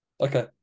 Okay